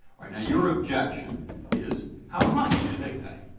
right. now, your objection is how much do they pay.